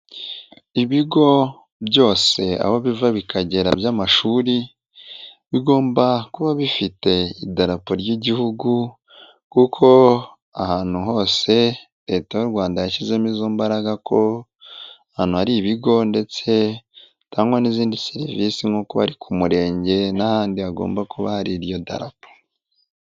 Ibigo byose aho biva bikagera by'amashuri bigomba kuba bifite idarapo ry'igihugu kuko ahantu hose leta y'u Rwanda yashyizemo izo mbaraga ko ahantu hari ibigo ndetse hatangwa n'izindi serivisi nk'o kuba ari ku Murenge n'ahandi hagomba kuba hari iryo darapo.